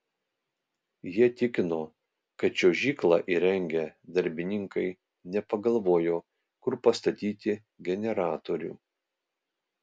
jie tikino kad čiuožyklą įrengę darbininkai nepagalvojo kur pastatyti generatorių